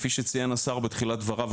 כפי שציין השר בתחילת דבריו,